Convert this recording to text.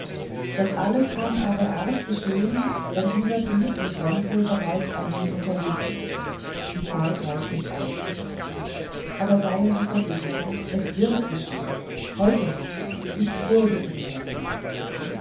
das alles kann aber erst geschehen wenn dieser brief durch wenzel bereits an sie unterwegs ist die zeit reicht nicht aus aber seien sie versichert es wird geschehen heute noch ich bürge ihnen dafür